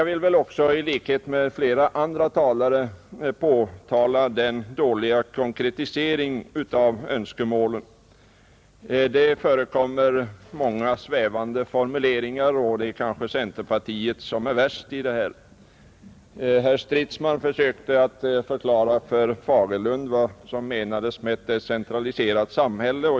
I likhet med flera andra talare vill jag också påtala den dåliga konkretiseringen av önskemålen, Det förekommer många svävande formuleringar, och det är kanske centerpartiet som är värst i det fallet. Herr Stridsman försökte förklara för herr Fagerlund vad som menades med ett decentraliserat samhälle.